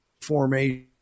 formation